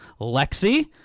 Lexi